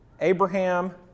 Abraham